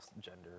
gender